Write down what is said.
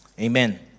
Amen